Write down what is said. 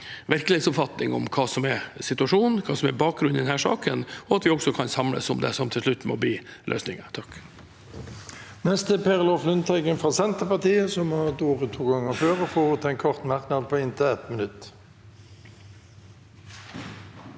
virkelighetsoppfatning av hva som er situasjonen, og hva som er bakgrunnen for denne saken, og at vi også kan samles om det som til slutt må bli løsningen.